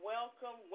Welcome